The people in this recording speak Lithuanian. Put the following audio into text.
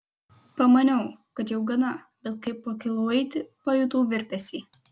pamaniau kad jau gana bet kai pakilau eiti pajutau virpesį